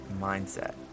mindset